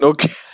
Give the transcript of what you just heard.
Okay